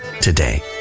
today